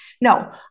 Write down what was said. No